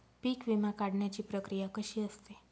पीक विमा काढण्याची प्रक्रिया कशी असते?